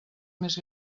més